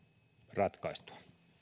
ratkaistua